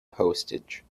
postage